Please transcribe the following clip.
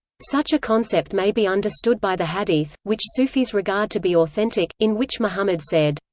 such a concept may be understood by the hadith, which sufis regard to be authentic, in which muhammad said,